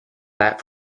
that